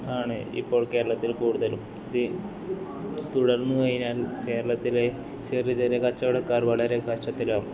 ആണ് ഇപ്പോൾ കേരളത്തിൽ കൂടുതലും ഇത് തുടർന്നു കഴിഞ്ഞാൽ കേരളത്തിലെ ചെറിയ ചെറിയ കച്ചവടക്കാർ വളരെ കഷ്ടത്തിലാകും